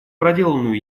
проделанную